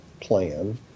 plan